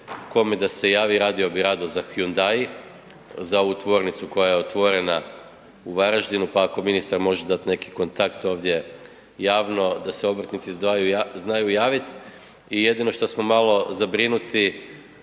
kome da se javi radio bi rado za Hyundai, za ovu tvornicu koja je otvorena u Varaždinu, pa ako ministar može dati neki kontakt ovdje javno, da se obrtnici znaju javiti. I jedino što smo malo zabrinuti